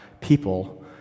people